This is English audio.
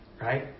right